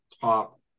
top